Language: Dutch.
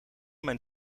mijn